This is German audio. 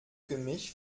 gemisch